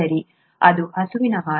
ಸರಿ ಅದು ಹಸುವಿನ ಹಾಲು